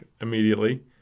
immediately